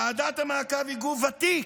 ועדת המעקב היא גוף ותיק,